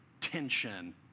tension